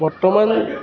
বৰ্তমান